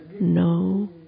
no